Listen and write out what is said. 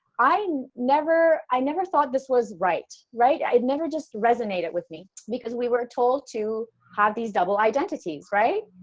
i um never i never thought this was right, right. it never just resonated with me, because we were told to have these double identities, right,